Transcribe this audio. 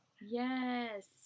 Yes